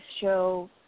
show